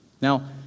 Now